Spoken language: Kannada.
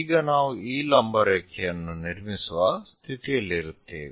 ಈಗ ನಾವು ಈ ಲಂಬ ರೇಖೆಯನ್ನು ನಿರ್ಮಿಸುವ ಸ್ಥಿತಿಯಲ್ಲಿರುತ್ತೇವೆ